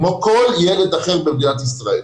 כמו לכל ילד אחר במדינת ישראל.